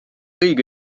õige